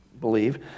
believe